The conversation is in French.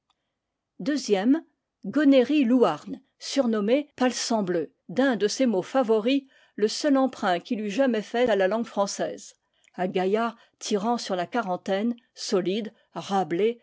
gonéry louarn surnommé palsambleu d'un de ses mots favoris le seul emprunt qu'il eût jamais fait à la langue française un gaillard tirant sur la quarantaine solide